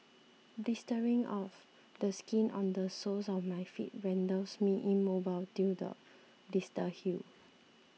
blistering of the skin on the soles of my feet renders me immobile till the blisters heal